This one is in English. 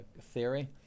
theory